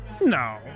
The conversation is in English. No